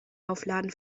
aufladen